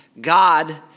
God